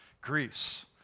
Greece